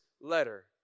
letter